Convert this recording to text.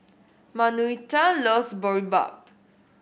Manuelita loves Boribap